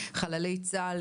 וחללי צה"ל,